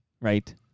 Right